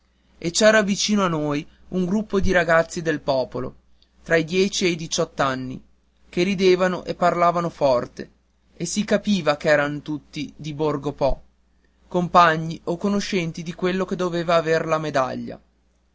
e c'era vicino a noi un gruppo di ragazzi del popolo tra i dieci e i diciott'anni che ridevano e parlavan forte e si capiva ch'erano tutti di borgo po compagni o conoscenti di quello che doveva aver la medaglia